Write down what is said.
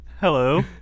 Hello